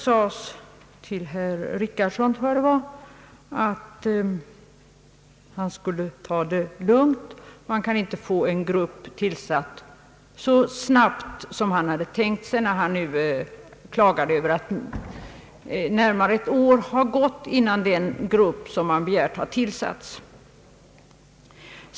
Till herr Richardson har sagts — när han klagade över att det nu har gått närmare ett år utan att den grupp som man begärt har tillsatts — att han skulle ta det lugnt. Man kan inte få en arbetsgrupp tillsatt så snabbt som han tänkt sig.